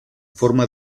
forma